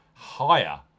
Higher